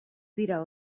dira